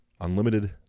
Unlimited